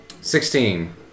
Sixteen